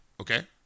okay